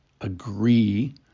agree